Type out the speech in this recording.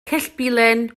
cellbilen